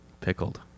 Pickled